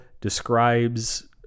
describes